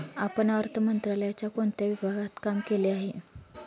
आपण अर्थ मंत्रालयाच्या कोणत्या विभागात काम केले आहे?